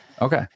Okay